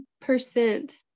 percent